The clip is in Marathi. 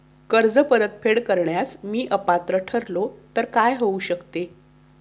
कर्ज परतफेड करण्यास मी अपात्र ठरलो तर काय होऊ शकते?